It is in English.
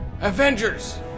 Avengers